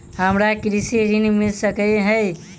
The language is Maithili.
हमरा कृषि ऋण मिल सकै है?